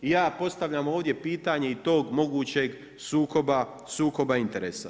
I ja postavljam ovdje pitanje i tog mogućeg sukoba interesa.